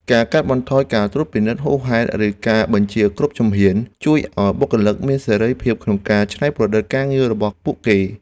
ការកាត់បន្ថយការត្រួតពិនិត្យហួសហេតុឬការបញ្ជាគ្រប់ជំហាន ជួយឱ្យបុគ្គលិកមានសេរីភាពក្នុងការច្នៃប្រឌិតការងាររបស់ពួកគេ។